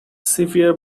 severe